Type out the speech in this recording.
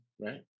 right